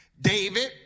David